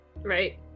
Right